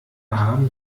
haben